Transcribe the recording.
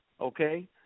okay